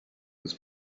his